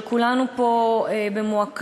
אבל כולנו פה במועקה,